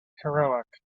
heroic